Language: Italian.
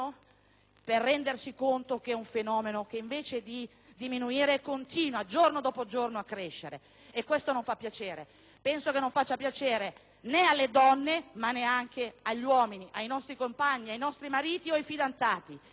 per rendersi conto che si tratta di un fenomeno che, anziché diminuire, continua, giorno dopo giorno, a crescere e questo non fa piacere. Penso non faccia piacere alle donne, ma neanche agli uomini, ai nostri compagni, ai nostri mariti o fidanzati.